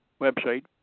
website